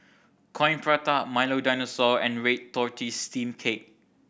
Coin Prata Milo Dinosaur and red tortoise steamed cake